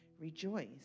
Rejoice